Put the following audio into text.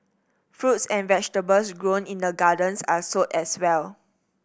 fruits and vegetables grown in the gardens are sold as well